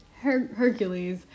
Hercules